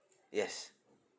yes